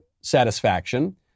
satisfaction